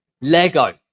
Lego